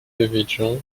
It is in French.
devedjian